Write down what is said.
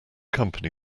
company